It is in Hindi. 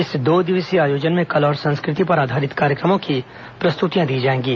इस दो दिवसीय आयोजन में कला और संस्कृति पर आधारित कार्यक्रमो की प्रस्तुतियां दी जाएंगी